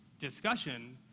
discussion,